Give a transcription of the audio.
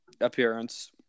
appearance